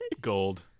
gold